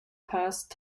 past